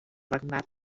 regnat